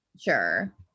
Sure